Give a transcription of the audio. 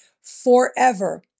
forever